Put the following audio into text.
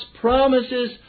promises